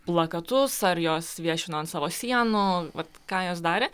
plakatus ar jos viešino ant savo sienų vat ką jos darė